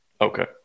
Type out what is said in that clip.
Okay